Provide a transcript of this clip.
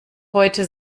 heute